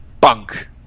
Bunk